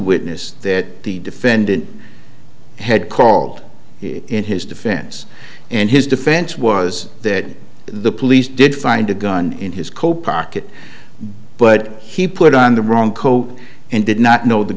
witness that the defendant had called in his defense and his defense was that the police did find a gun in his co pocket but he put on the wrong coat and did not know the